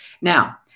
now